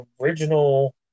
original